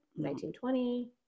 1920